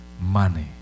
money